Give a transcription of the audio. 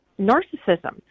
narcissism